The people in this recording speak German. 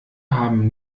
haben